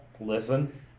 listen